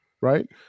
right